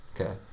Okay